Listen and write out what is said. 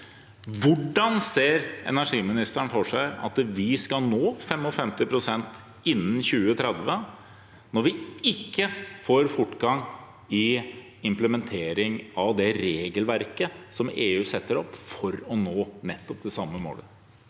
Hvordan ser energiministeren for seg at vi skal nå 55 pst. innen 2030 når vi ikke får fortgang i implementering av det regelverket som EU setter opp for å nå nettopp det samme målet?